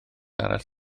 arall